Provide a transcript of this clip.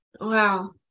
wow